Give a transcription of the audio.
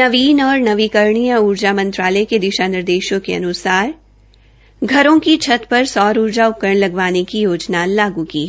नवीन और नवीकरणीय ऊर्जा मंत्रालय के दिशा निर्देश के अनुसार घरों की छत पर सौर ऊर्जा उपकरण लगवाने की योजना लागू की है